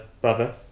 brother